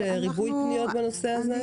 יש ריבוי פניות בנושא הזה?